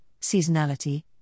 seasonality